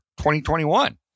2021